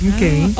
Okay